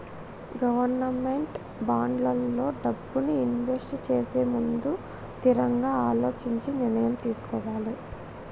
government బాండ్లల్లో డబ్బుని invest చేసేముందు తిరంగా అలోచించి నిర్ణయం తీసుకోవాలే